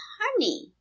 honey